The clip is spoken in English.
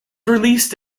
released